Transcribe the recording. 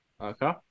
Okay